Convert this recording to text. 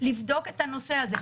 לבדוק את הנושא הזה,